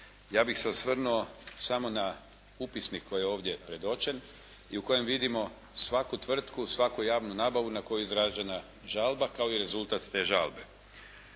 Ja bih se osvrnuo samo na upisnik koji je ovdje predočen i u kojem vidimo svaku tvrtku, svaku javnu nabavu na koju je izražena žalba kao i rezultat te žalbe.